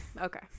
Okay